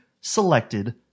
selected